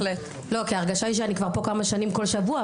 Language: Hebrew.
כי ההרגשה היא שאני כבר פה כמה שנים כל שבוע,